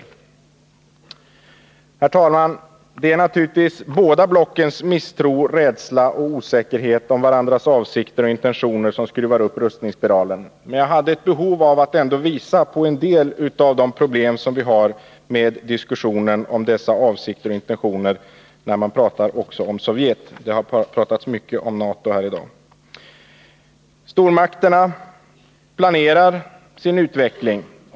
Herr talman! Det är naturligtvis båda blockens misstro, rädsla och osäkerhet om varandras avsikter och intentioner som skruvar upp rustningsspiralen. Men jag hade ett behov av att ändå visa på en del av de problem som är förknippade med diskussionen om dessa avsikter och intentioner. Och jag ville då nämna Sovjet — det har talats mycket om NATO här i dag. Stormakterna planerar sin utveckling.